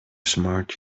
smart